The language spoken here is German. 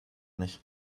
nicht